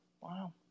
wow